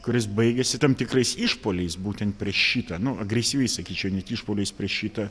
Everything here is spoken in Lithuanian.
kuris baigiasi tam tikrais išpuoliais būtent prieš šitą nu agresyviais įsakyčiau išpuoliais prieš šitą